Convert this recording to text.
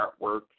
artwork